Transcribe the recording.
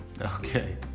Okay